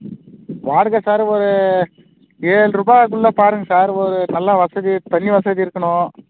பாருங்கள் சார் ஒரு ஏழ்ரூபாக்குள்ளே பாருங்கள் சார் ஒரு நல்ல வசதி தண்ணி வசதி இருக்கணும்